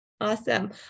Awesome